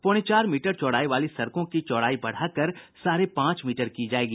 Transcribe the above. पौने चार मीटर चौड़ाई वाली सड़कों की चौड़ाई बढ़ाकर साढ़े पांच मीटर की जायेगी